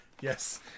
yes